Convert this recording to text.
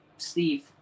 Steve